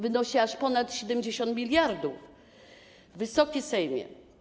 Wynosi aż ponad 70 mld. Wysoki Sejmie!